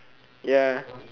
ya